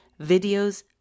videos